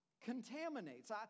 Contaminates